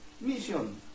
mission